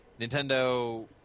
nintendo